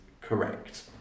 correct